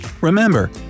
Remember